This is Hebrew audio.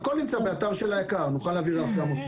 הכול נמצא באתר של היק"ר, נוכל להעביר לך אותו.